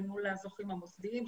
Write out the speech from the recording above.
למול הזוכים המוסדיים,